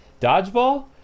Dodgeball